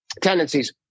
tendencies